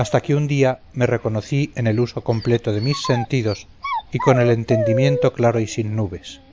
hasta que un día me reconocí en el uso completo de mis sentidos y con el entendimiento claro y sin nubes